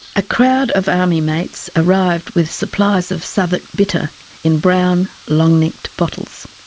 a crowd of army mates arrived with supplies of southwark bitter in brown long necked bottles.